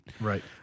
right